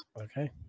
Okay